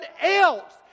else